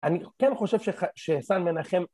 אני כן חושב שסן מנחם